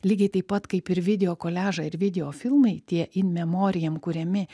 lygiai taip pat kaip ir video koliažai ir video filmai tie memoriam kuriami